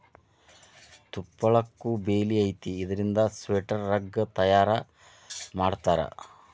ತುಪ್ಪಳಕ್ಕು ಬೆಲಿ ಐತಿ ಇದರಿಂದ ಸ್ವೆಟರ್, ರಗ್ಗ ತಯಾರ ಮಾಡತಾರ